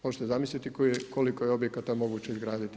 Možete zamisliti koliko je objekata moguće izgraditi.